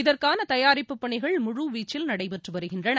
இதற்கானதயாரிப்பு பணிகள் முழுவீச்சில் நடைபெற்றுவருகின்றன